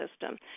system